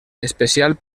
especial